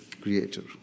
Creator